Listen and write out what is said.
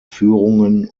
führungen